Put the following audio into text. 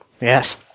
yes